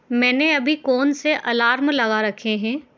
मैंने अभी कौन से अलार्म लगा रखें हैं